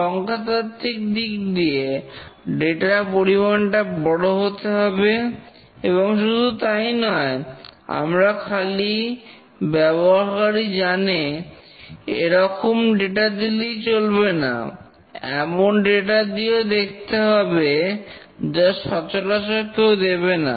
সংখ্যাতাত্ত্বিক দিক দিয়ে ডেটা র পরিমাণটা বড় হতে হবে এবং শুধু তাই নয় আমরা খালি ব্যবহারকারী জানে এরকম ডেটা দিলেই চলবে না এমন ডেটা দিয়েও দেখতে হবে যা সচরাচর কেউ দেবে না